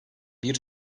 bir